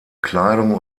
kleidung